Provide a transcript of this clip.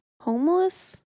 Homeless